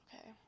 okay